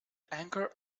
anchor